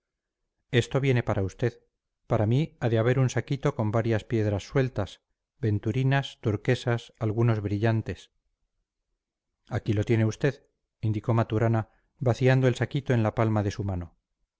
esto viene para usted para mí ha de haber un saquito con varias piedras sueltas venturinas turquesas algunos brillantes aquí lo tiene usted indicó maturana vaciando el saquito en la palma de su mano